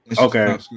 Okay